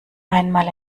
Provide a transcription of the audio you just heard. einmal